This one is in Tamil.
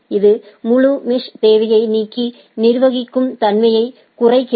இது முழு மெஷ்தேவையை நீக்கி நிர்வகிக்கும் தன்மையைக் குறைக்கிறது